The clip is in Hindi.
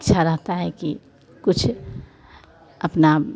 इच्छा रहती है कि कुछ अपना